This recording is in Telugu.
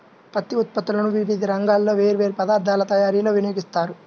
పత్తి ఉత్పత్తులను వివిధ రంగాల్లో వేర్వేరు పదార్ధాల తయారీలో వినియోగిస్తారు